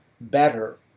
better